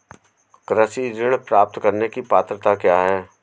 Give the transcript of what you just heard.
कृषि ऋण प्राप्त करने की पात्रता क्या है?